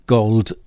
Gold